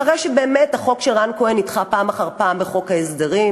אחרי שבאמת החוק של רן כהן נדחה פעם אחר פעם בחוק ההסדרים,